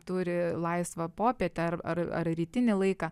turi laisvą popietę ar ar ar rytinį laiką